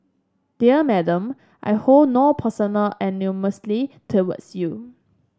dear Madam I hold no personal animosity towards you